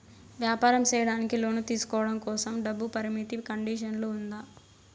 వ్యాపారం సేయడానికి లోను తీసుకోవడం కోసం, డబ్బు పరిమితి కండిషన్లు ఉందా?